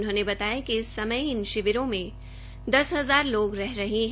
उन्होंने बताया कि इस समय इन शिविरों में दस हजार लोग रह रहे है